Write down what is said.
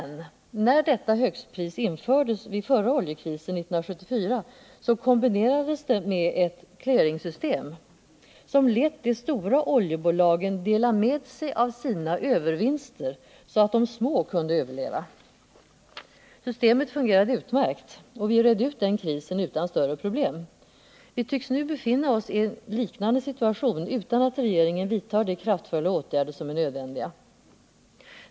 När detta högstpris infördes vid förra oljekrisen 1974 kombinerades det emellertid med ett clearingsystem, som lät de stora oljebolagen dela med sig av sina övervinster, så att de små kunde överleva. Systemet fungerade utmärkt, och vi red ut den krisen utan större problem. Vitycks nu befinna oss i en liknande situation utan att regeringen vidtar de kraftfulla åtgärder som är nödvändiga.